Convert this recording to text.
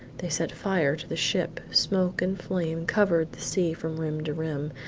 they set fire to the ship smoke and flame covered the sea from rim to rim,